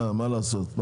מה לעשות.